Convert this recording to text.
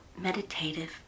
meditative